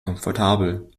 komfortabel